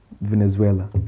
venezuela